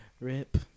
Rip